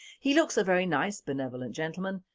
he looks a very nice benevolent gentleman,